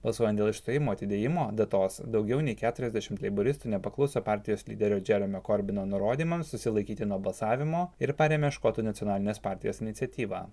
balsuojant dėl išstojimo atidėjimo datos daugiau nei keturiasdešimt leiboristų nepakluso partijos lyderio džeremio korbino nurodymams susilaikyti nuo balsavimo ir parėmė škotų nacionalinės partijos iniciatyvą